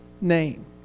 name